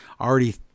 already